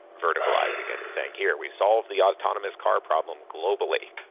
verticalizing it and saying, here, we solve the autonomous car problem globally.